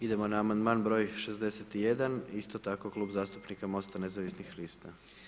Idemo na amandman broj 61., isto tako Klub zastupnika MOST-a nezavisnih lista.